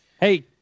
Hey